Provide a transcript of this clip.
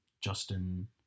Justin